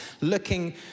looking